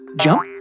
Jump